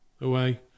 away